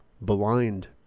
blind